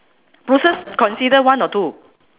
bushes consider one or two